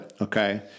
Okay